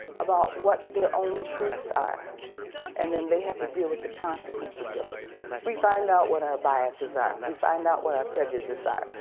about what their own truths are and then they have to deal with the consequences. ah we find out what our biases are. we find out what our prejudices are.